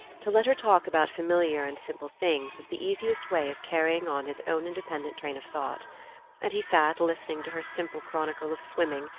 to let her talk about familiar and simple things was the easiest way of carrying on his own independent train of thought and he sat listening to her simple chronicle of swimming,